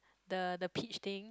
the the peach thing